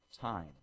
time